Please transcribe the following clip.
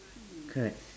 correct